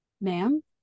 Ma'am